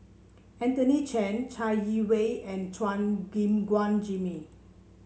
Anthony Chen Chai Yee Wei and Chua Gim Guan Jimmy